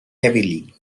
heavily